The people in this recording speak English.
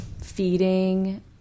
feeding